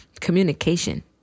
Communication